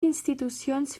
institucions